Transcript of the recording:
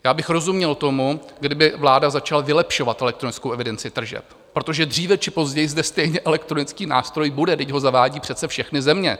Já bych rozuměl tomu, kdyby vláda začala vylepšovat elektronickou evidenci tržeb, protože dříve či později zde stejně elektronický nástroj bude, vždyť ho zavádějí přece všechny země.